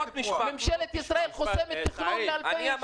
ממשלת ישראל חוסמת תכנון, היא לא מקדמת תכנון.